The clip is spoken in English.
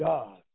God